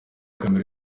camera